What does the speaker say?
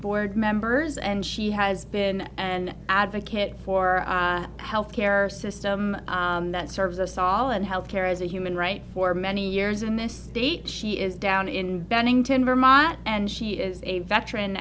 board members and she has been an advocate for health care system that serves us all and health care is a human right for many years in this state she is down in bennington vermont and she is a veteran